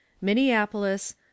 Minneapolis